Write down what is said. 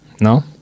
no